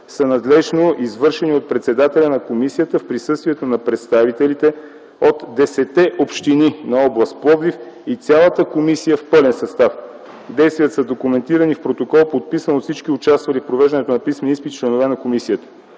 са надлежно извършени от председателя на комисията в присъствието на представителите от 10-те общини на област Пловдив и цялата комисия в пълен състав. Действията са документирани в протокол, подписан от всички участвали в провеждането на писмения изпит – членове на комисията.